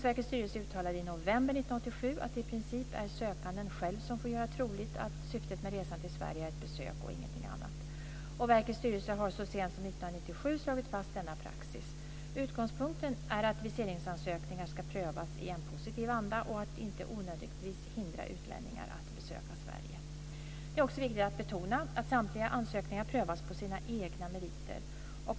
1987 att det i princip är sökanden själv som får göra troligt att syftet med resan till Sverige är ett besök och ingenting annat. Verkets styrelse har så sent som 1997 slagit fast denna praxis. Utgångspunkten är att viseringsansökningar ska prövas i en positiv anda och inte onödigtvis hindra utlänningar att besöka Sverige. Det är också viktigt att betona att samtliga ansökningar prövas på sina egna meriter.